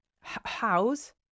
house